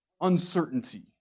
uncertainty